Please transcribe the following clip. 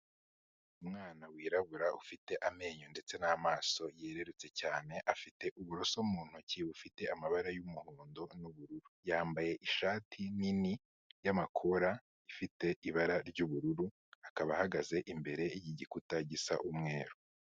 Umwana wirabura ufite amenyo ndetse n'amaso yererutse cyane, afite uburoso mu ntoki bufite amabara y'umuhondo n'ubururu. Yambaye ishati nini y'amakora ifite ibara ry'ubururu, akaba ahagaze imbere y'igikuta gisa umweru.